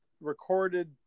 recorded